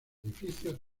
edificios